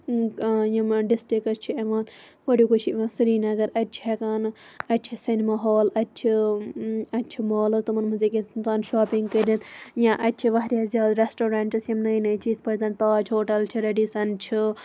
یِم ڈسٹرکس چھِ یِوان گۄڈنکُے چھُ یِوان سریٖنَگر اَتہِ چھِ ہیٚکان اَتہِ چھِ سیٚنِما ہال اَتہِ چھِ اتہِ چھِ مالہٕ تِمَن مَنٛز ہیٚکَن اِنسان شوپِنٛگ کٔرِتھ یا اَتہِ چھِ واریاہ زیادٕ ریٚسٹورنٹٕس یِم نٔے نٔے چھِ یِتھ پٲٹھۍ زَن تاج ہوٹَل چھ ریٚڈِسَن چھُ